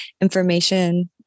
information